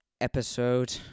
episode